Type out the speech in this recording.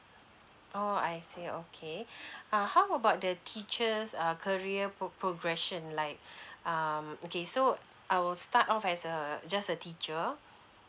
orh I see okay ah how about the teachers err career pro~ progression like um okay so I will start off as a just a teacher